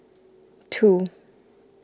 two